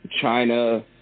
China